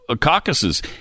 caucuses